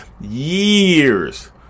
years